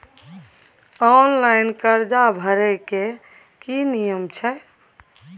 Online कर्जा भरै के की नियम छै?